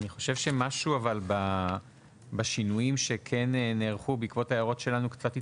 אני חושב שמשהו בשינויים שכן נערכו בעקבות ההערות שלנו קצת התפספס.